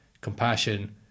compassion